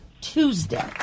Tuesday